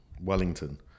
wellington